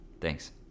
Thanks